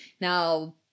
Now